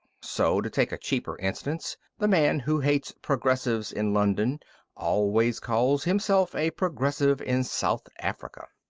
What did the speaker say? so, to take a cheaper instance, the man who hates progressives in london always calls himself a progressive in south africa.